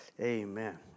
Amen